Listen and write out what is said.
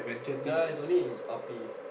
ya is only in R_P